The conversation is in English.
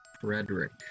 Frederick